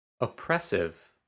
Oppressive